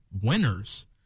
winners